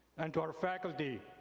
and our faculty,